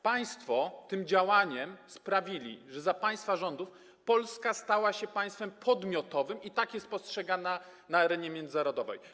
Państwo tym działaniem sprawili, że za państwa rządów Polska stała się państwem podmiotowym, i tak jest postrzegana na arenie międzynarodowej.